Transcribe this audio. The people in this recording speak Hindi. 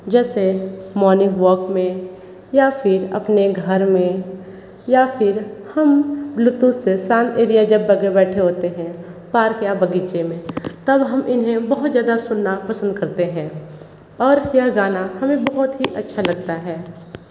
जैसे मॉर्निंग वॉक में या फ़िर अपने घर में या फ़िर हम ब्लूटूत से शांत एरिया जब बगे बैठे होते हैं पार्क या बगीचे में तब हम इन्हें बहुत ज़्यादा सुनना पसंद करते हैं और यह गाना हमें बहुत ही अच्छा लगता है